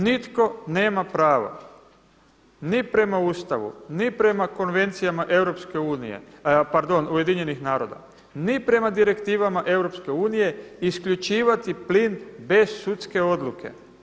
Nitko nema pravo ni prema Ustavu, ni prema konvencijama UN-a, ni prema direktivama EU isključivati plin bez sudske odluke.